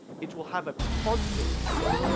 it will have a positive feedback